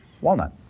Walnut